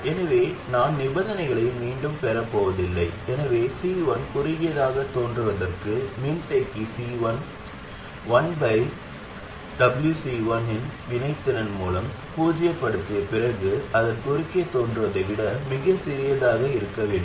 எனவே நான் நிபந்தனைகளை மீண்டும் பெறப் போவதில்லை எனவே C1 குறுகியதாக தோன்றுவதற்கு மின்தேக்கி C1 1C1 இன் வினைத்திறன் மூலத்தை பூஜ்ஜியப்படுத்திய பிறகு அதன் குறுக்கே தோன்றுவதை விட மிகச் சிறியதாக இருக்க வேண்டும்